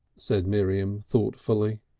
said miriam thoughtfully.